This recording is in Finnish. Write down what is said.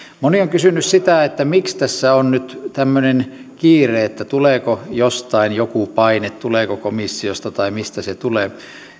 moni on kysynyt sitä miksi tässä on nyt tämmöinen kiire tuleeko jostain joku paine tuleeko komissiosta tai mistä se tulee